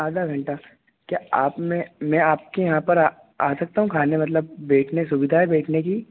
आधा घंटा क्या आप मैं मैं आपके यहाँ आ सकता हूँ खाने मतलब बैठने सुविधा है बैठने की